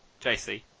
JC